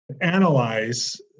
analyze